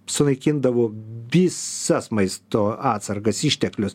sunaikindavo visas maisto atsargas išteklius